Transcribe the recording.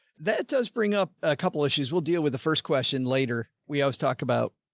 that does bring up a couple issues. we'll deal with the first question later. we always talk about,